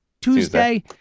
Tuesday